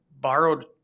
borrowed